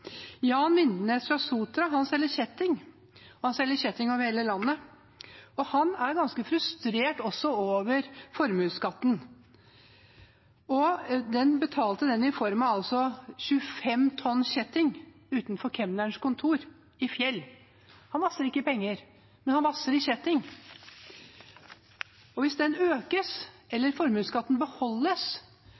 Jan Vindenes fra Sotra selger kjetting, og han selger kjetting over hele landet. Han er også ganske frustrert over formuesskatten og betalte den i form av 25 tonn kjetting utenfor kemnerens kontor i Fjell. Han vasser ikke i penger, men han vasser i kjetting. Hvis formuesskatten økes, eller beholdes